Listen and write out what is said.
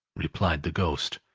replied the ghost.